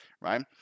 right